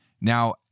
Now